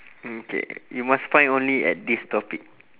okay you must find only at this topic